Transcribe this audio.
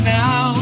now